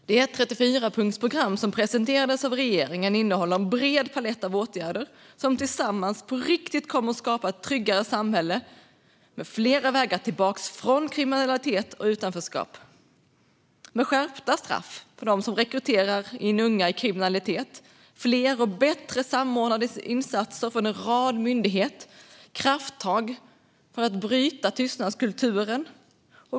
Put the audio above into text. Det 34-punktsprogram som presenterats av regeringen innehåller en bred palett av åtgärder som tillsammans på riktigt kommer att skapa ett tryggare samhälle med flera vägar tillbaka från kriminalitet och utanförskap, med skärpta straff för dem som rekryterar unga in i kriminalitet, fler och bättre samordnade insatser för en rad myndigheter och krafttag för att bryta tystnadskulturen.